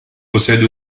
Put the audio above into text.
possède